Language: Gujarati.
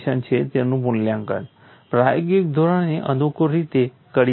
તેનું મૂલ્યાંકન પ્રાયોગિક ધોરણે અનુકૂળ રીતે કરી શકાય છે